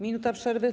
Minuta przerwy?